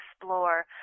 explore